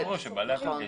בהחלט.